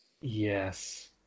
Yes